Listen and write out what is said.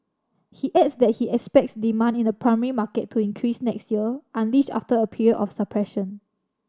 he adds that he expects demand in the primary market to increase next year unleashed after a period of suppression